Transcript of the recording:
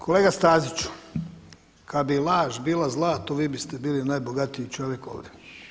Kolega Staziću, kada bi laž bila zlato vi biste bili najbogatiji čovjek ovdje.